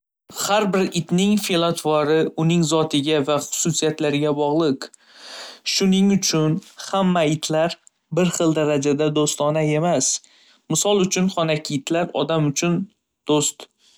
Har bir itning fe'l-atvori uning zotiga va xususiyatlariga bog'liq. shuning uchun hamma itlar bir xil darajada do'stona emas. Misol uchun xonaki itlar odam uchun do'st.